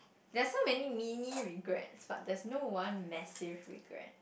there are so many mini regrets but there's no one massive regret